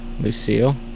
lucille